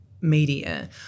media